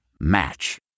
Match